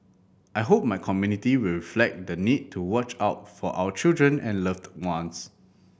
I hope my community will reflect the need to watch out for our children and loved ones